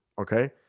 Okay